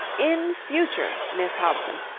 in future, miss hobson,